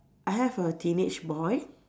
I have a teenage boy